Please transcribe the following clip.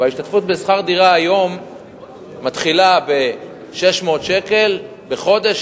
ההשתתפות בשכר-דירה היום מתחילה ב-600 שקל בחודש,